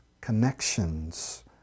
connections